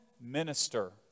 minister